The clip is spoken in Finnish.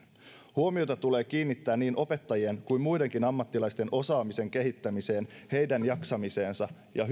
huomiota tulee kiinnittää niin opettajien kuin muidenkin ammattilaisten osaamisen kehittämiseen heidän jaksamiseensa ja